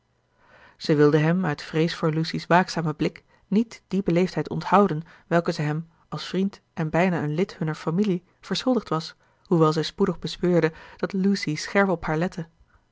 zij wilde hem uit vrees voor lucy's waakzamen blik niet die beleefdheid onthouden welke zij hem als vriend en bijna een lid hunner familie verschuldigd was hoewel zij spoedig bespeurde dat lucy scherp op haar lette